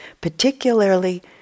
particularly